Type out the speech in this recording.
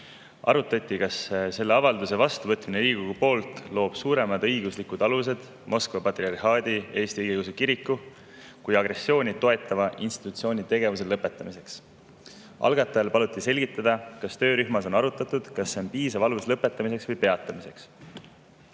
Arutati, kas selle avalduse vastuvõtmine Riigikogus loob [piisavad] õiguslikud alused Moskva Patriarhaadi Eesti Õigeusu Kiriku kui agressiooni toetava institutsiooni tegevuse lõpetamiseks. Algatajal paluti selgitada, kas töörühmas on arutatud, kas see on piisav alus lõpetamiseks või peatamiseks.